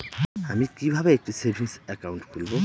আমি কিভাবে একটি সেভিংস অ্যাকাউন্ট খুলব?